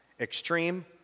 Extreme